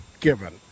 given